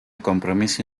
compromiso